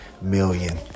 million